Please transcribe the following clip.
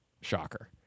Shocker